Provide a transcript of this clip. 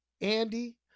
Andy